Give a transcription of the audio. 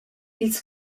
ils